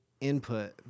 input